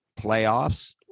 Playoffs